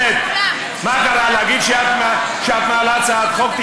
מה קרה, להגיד שאת מעלה הצעת חוק?